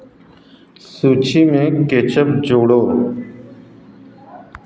सूची में केचप जोड़ो